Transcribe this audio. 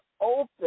open